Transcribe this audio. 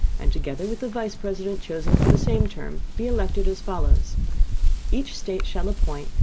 and, together with the vice president chosen for the same term, be elected, as follows each state shall appoint,